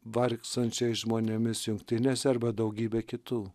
vargstančiais žmonėmis jungtinėse arba daugybė kitų